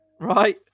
Right